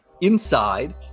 inside